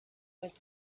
was